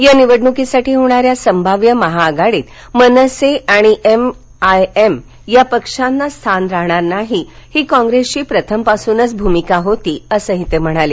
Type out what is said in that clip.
या निवडणकीसाठी होणाऱ्या संभाव्य महाआघाडीत मनसे आणि एम आई एम या पक्षांना स्थान राहणार नाही ही काँग्रेसची प्रथम पासूनचीच भूमिका होती असं ही ते म्हणाले